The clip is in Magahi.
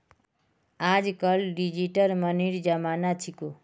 आजकल डिजिटल मनीर जमाना छिको